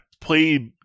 played